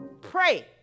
Pray